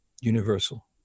universal